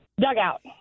Dugout